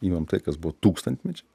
imam tai kas buvo tūkstantmeč